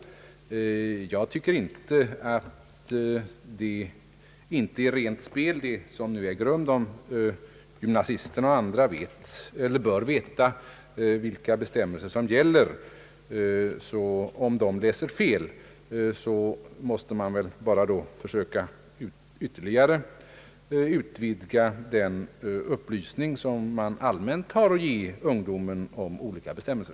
Jag tycker inte att vad som nu äger rum är rent spel. Gymnasisterna bör liksom andra veta vilka bestämmelser som gäller. Om de läser fel krävs det ytterligare utvidgning av den upplysning som man allmänt har att ge ungdomen om olika bestämmelser.